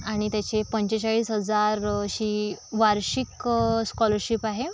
आणि त्याचे पंचेचाळीस हजार अशी वार्षिक स्कॉलरशिप आहे